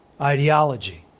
ideology